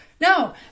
No